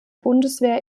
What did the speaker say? bundeswehr